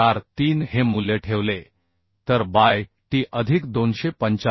43 हे मूल्य ठेवले तर बाय t अधिक 285